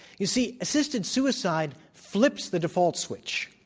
you see, assisted suicide flips the default switch.